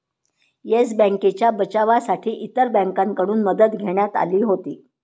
yes बँकेच्या बचावासाठी इतर बँकांकडून मदत घेण्यात आली होती